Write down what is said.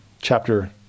chapter